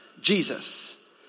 Jesus